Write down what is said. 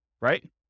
right